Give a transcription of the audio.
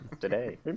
today